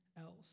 else